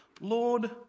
Lord